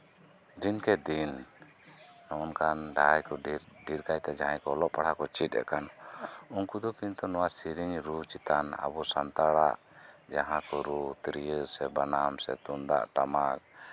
ᱫᱤᱱᱠᱮ ᱫᱤᱱ ᱱᱚᱜᱼᱚᱭ ᱱᱚᱝᱠᱟ ᱰᱷᱮᱨ ᱠᱟᱭᱛᱮ ᱡᱟᱦᱟᱸᱭ ᱠᱚ ᱚᱞᱚᱜ ᱯᱟᱲᱦᱟᱜ ᱠᱚ ᱪᱮᱫ ᱮᱫ ᱠᱟᱱᱟ ᱩᱱᱠᱩ ᱫᱚ ᱠᱤᱱᱛᱩ ᱱᱚᱶᱟ ᱥᱮᱹᱨᱮᱹᱧ ᱨᱩ ᱪᱮᱛᱟᱱ ᱟᱵᱚ ᱥᱟᱱᱛᱟᱲᱟᱜ ᱡᱟᱦᱟᱸ ᱠᱚ ᱨᱩ ᱛᱤᱨᱳ ᱥᱮ ᱵᱟᱱᱟᱢ ᱥᱮ ᱛᱩᱢᱫᱟᱜ ᱴᱟᱢᱟᱠ